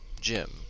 Jim